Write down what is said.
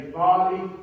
body